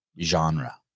genre